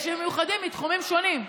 יש ימים מיוחדים מתחומים שונים.